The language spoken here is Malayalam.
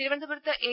തിരുവനന്തപുരത്ത് എ